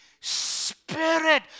Spirit